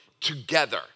together